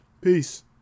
Peace